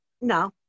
no